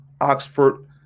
Oxford